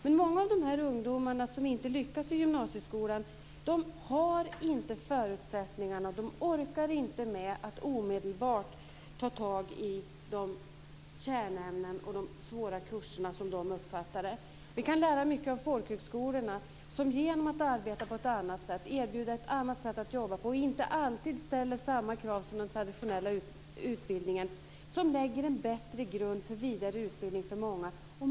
Men många av de ungdomar som inte lyckas i gymnasieskolan har inte förutsättningarna. De orkar inte med att omedelbart ta tag i kärnämnen och det som de uppfattar som svåra kurser. Vi kan lära mycket av folkhögskolorna som genom att de erbjuder ett annat sätt att jobba på inte alltid ställer samma krav som den traditionella utbildningen. Folkhögskolorna lägger en bättre grund för vidareutbildning för många.